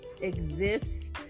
exist